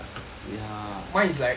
mine is like